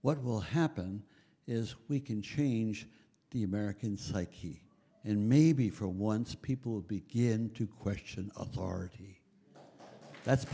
what will happen is we can change the american psyche in maybe for once people began to question authority that's